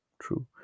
true